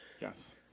Yes